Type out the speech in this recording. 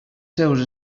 seus